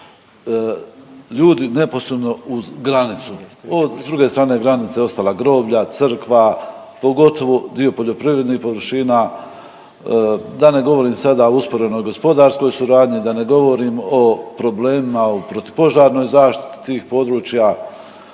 ljudi neposredno uz granicu. S druge strane granice ostala groblja, crkva, pogotovo dio poljoprivrednih površina da ne govorim sada o usporenoj gospodarskoj suradnji, da ne govorim o problemima u protupožarnoj zaštiti tih područja.